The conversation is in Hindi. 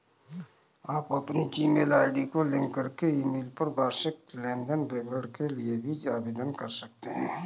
आप अपनी जीमेल आई.डी को लिंक करके ईमेल पर वार्षिक लेन देन विवरण के लिए भी आवेदन कर सकते हैं